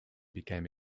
became